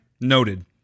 noted